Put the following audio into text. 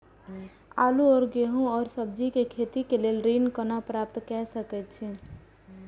आलू और गेहूं और सब्जी के खेती के लेल ऋण कोना प्राप्त कय सकेत छी?